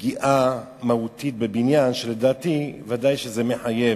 בפגיעה מהותית בבנייה, לדעתי ודאי שזה מחייב.